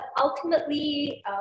ultimately